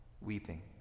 weeping